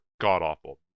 god-awful